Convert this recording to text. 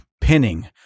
pinning